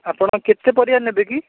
ଆପଣ କେତେ ପରିବା ନେବେ କି